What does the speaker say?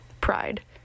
pride